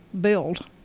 build